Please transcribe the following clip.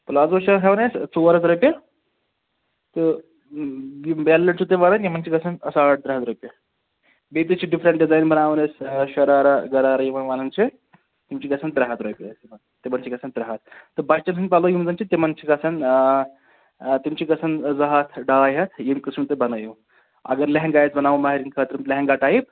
palazzo چھِ ہٮ۪وان أسۍ ژور ہَتھ رۄپیہِ تہٕ یِم بیلَٹ چھُو تُہۍ وَنان یِمَن چھِ گژھان ساڑ ترٛےٚ ہَتھ رۄپیہِ بیٚیہِ تہِ چھِ ڈِفرَنٛٹ ڈِزایِن بَناوان أسۍ شَرارہ گَرارہ یِمَن وَنان چھِ تِم چھِ گژھان ترٛےٚ ہَتھ رۄپیہِ حظ تِمَن چھِ گژھان ترٛےٚ ہَتھ تہٕ بَچَن ہٕنٛدۍ پَلَو یِم زَن چھِ تِمَن چھِ گژھان تِم چھِ گژھان زٕ ہَتھ ڈاے ہَتھ یِم قٕسٕم تُہۍ بَنٲیِو اگر لٮ۪ہنٛگا آسہِ بَناوُن مہرٮ۪نہٕ خٲطرٕ لٮ۪ہنٛگا ٹایپ